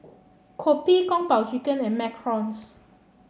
kopi Kung Po Chicken and macarons